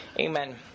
Amen